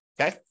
okay